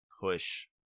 push